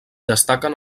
destaquen